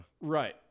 Right